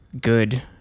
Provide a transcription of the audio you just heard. good